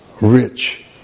rich